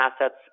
assets